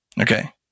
Okay